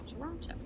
Toronto